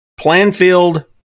Planfield